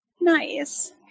Nice